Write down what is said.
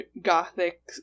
gothic